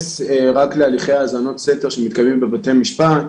להתייחס רק להליכי האזנות סתר שמתקיימים בבתי משפט.